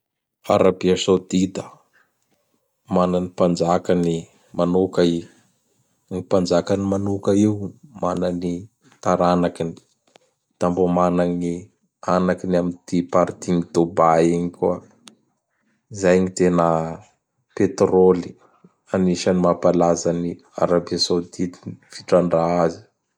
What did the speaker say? Arabia Saoudita! Mana ny Mpanjakany manoka i; gn Mpanjakany manoka io mana ny taranakiny; da mbô mana gn'anakiny am partin'i Dubai igny koa. Zay gny tena; petrôly, anisan'ny tena mapalaza an'i Arabia Saoudite gny fitrandrà azy.